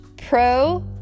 pro